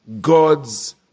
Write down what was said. God's